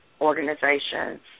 organizations